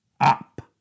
up